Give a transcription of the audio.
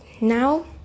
now